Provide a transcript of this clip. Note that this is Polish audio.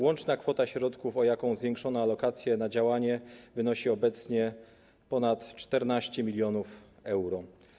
Łączna kwota środków, o jaką zwiększono alokację na to działanie, wynosi obecnie ponad 14 mln euro.